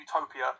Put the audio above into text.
utopia